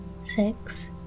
six